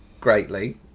greatly